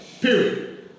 Period